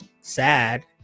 sad